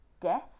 Death